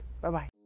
Bye-bye